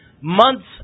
Months